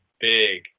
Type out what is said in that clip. big